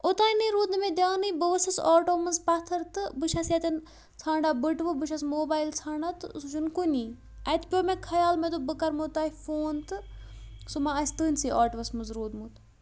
اوٚتانۍ نَے روٗد نہٕ مےٚ دھیانٕے بہٕ ؤژھٕس آٹو منٛز پَتھَر تہٕ بہٕ چھس یَتَن ژھانڈان بٔٹوٕ بہٕ چھس موبایل ژھانڈان تہٕ سُہ چھُنہٕ کُنی اَتہِ پیوٚ مےٚ خیال مےٚ دوٚپ بہٕ کَرٕمو تۄہہِ فون تہٕ سُہ ما آسہِ تُہٕنٛدسٕے آٹوَس منٛز روٗدمُت